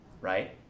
right